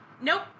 Nope